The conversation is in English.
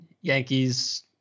Yankees